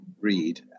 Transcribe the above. read